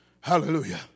Hallelujah